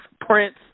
Prince